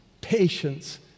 patience